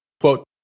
Quote